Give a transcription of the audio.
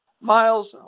Miles